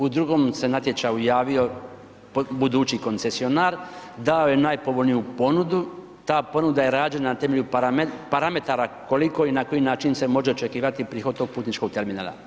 U drugom se natječaju javio budući koncesionar, dao je najpovoljniju ponudu, ta ponuda je rađena na temelju parametara koliko i na koji način se može očekivati prihod tog putničkog terminala.